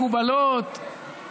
מקובלות,